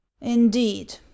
Indeed